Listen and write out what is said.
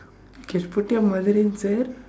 just put your mother in sir